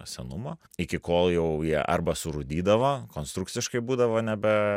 senumo iki kol jau jie arba surūdydavo konstrukciškai būdavo nebe